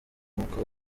umwuka